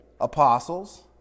apostles